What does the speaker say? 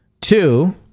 Two